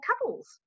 couples